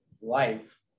life